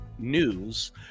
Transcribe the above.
news